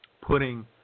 putting